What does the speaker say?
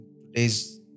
Today's